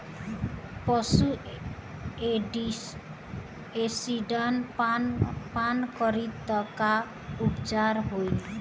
पशु एसिड पान करी त का उपचार होई?